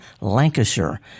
Lancashire